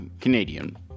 Canadian